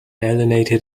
alienated